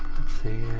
let's see,